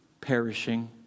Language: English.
perishing